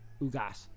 Ugas